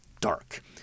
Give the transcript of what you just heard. dark